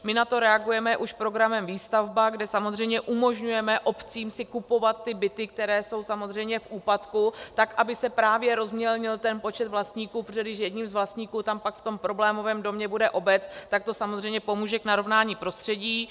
My na to reagujeme už programem Výstavba, kde samozřejmě umožňujeme obcím si kupovat ty byty, které jsou v úpadku, tak aby se právě rozmělnil ten počet vlastníků, protože když jedním z vlastníků tam pak v tom problémovém domě bude obec, tak to samozřejmě pomůže k narovnání prostředí.